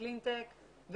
קלינטק,